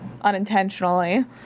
unintentionally